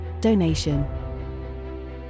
donation